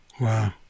Wow